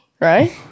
right